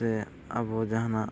ᱥᱮ ᱟᱵᱚ ᱡᱟᱦᱟᱱᱟᱜ